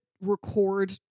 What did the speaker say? record